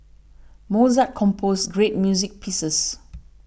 Mozart composed great music pieces